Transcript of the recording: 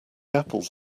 apples